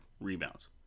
rebounds